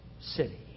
city